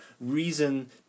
reason